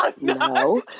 No